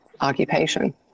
occupation